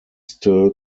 still